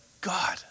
God